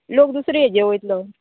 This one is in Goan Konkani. लोक दुसरे हेजे वयतलो